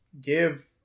give